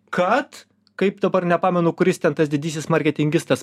kad kaip dabar nepamenu kuris ten tas didysis marketingistas